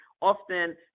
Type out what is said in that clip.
often